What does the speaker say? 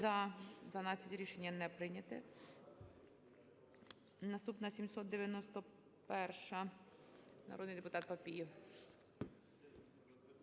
За-12 Рішення не прийнято. Наступна - 791-а, народний депутат Папієв.